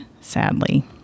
sadly